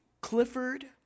Clifford